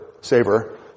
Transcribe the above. saver